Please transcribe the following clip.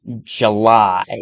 July